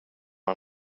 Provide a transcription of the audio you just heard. jag